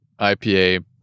IPA